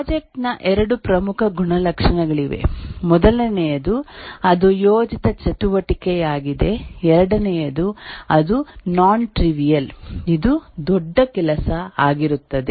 project ನ ಎರಡು ಪ್ರಮುಖ ಗುಣಲಕ್ಷಣಗಳಿವೆ ಮೊದಲನೆಯದು ಅದು ಯೋಜಿತ ಚಟುವಟಿಕೆಯಾಗಿದೆ ಎರಡನೆಯದು ಅದು ನೋನ್ ಟ್ರಿವಿಅಲ್ ಇದು ದೊಡ್ಡ ಕೆಲಸ ಆಗಿರುತ್ತದೆ